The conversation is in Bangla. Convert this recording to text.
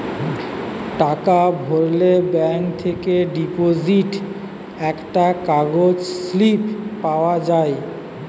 টাকা ভরলে ব্যাঙ্ক থেকে ডিপোজিট একটা কাগজ স্লিপ পাওয়া যায়